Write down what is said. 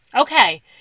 Okay